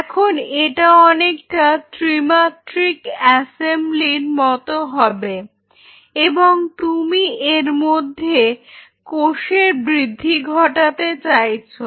এখন এটা অনেকটা ত্রিমাত্রিক অ্যাসেম্বলির মত হবে এবং তুমি এর মধ্যে কোষের বৃদ্ধি ঘটাতে চাইছো